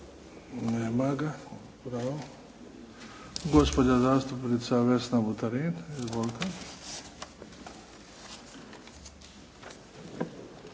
Nema ga. Gospođa zastupnica Vesna Buterin. Izvolite.